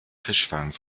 fischfang